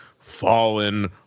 Fallen